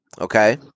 okay